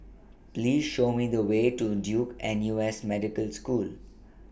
Please Show Me The Way to Duke N U S Medical School